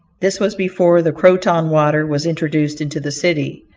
this was before the croton water was introduced into the city.